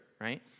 right